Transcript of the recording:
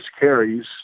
carries